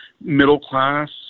middle-class